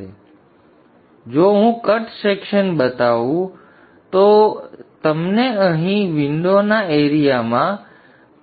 તેથી જો હું કટ સેક્શન બનાવું તો તમને અહીં વિંડોના એરીયામાં